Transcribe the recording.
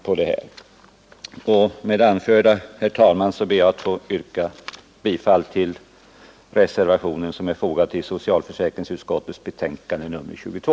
Med det anförda, herr talman, ber jag att få yrka bifall till den reservation som är fogad till socialförsäkringsutskottets betänkande nr 22.